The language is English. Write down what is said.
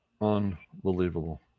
Unbelievable